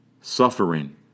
Suffering